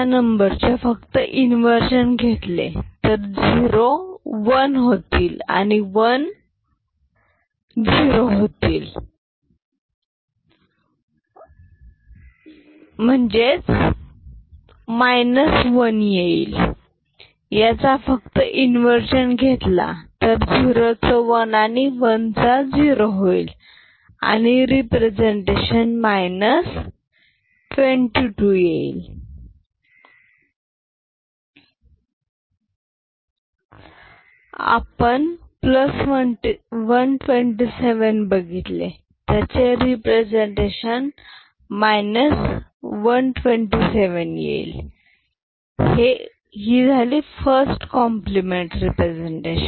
या नंबरचे फक्त इन्वर्जन घेतले तर झिरो वन होईल आणि वन झिरो होईल हा मायनस वन आहे याचा फक्त इन्वर्जन घेतलं तर झिरोचा वन आणि वनचा झिरो होईल आणि रिप्रेझेंटेशन 22 टू येईल आपण 127 बघितले त्याचे प्रेझेंटेशन 127 सेवन येईल हे झालं फर्स्ट कॉम्प्लिमेंट रीप्रेझेंटेशन